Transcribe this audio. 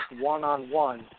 one-on-one